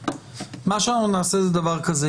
מה שאנחנו נעשה זה דבר כזה,